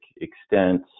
extent